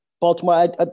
Baltimore